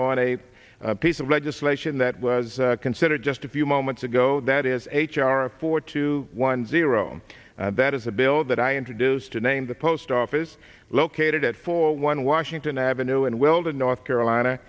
on a piece of legislation that was considered just a few moments ago that is h r four two one zero that is a bill that i introduced to name the post office located at four one washington avenue and weld in north carolina